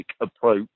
approach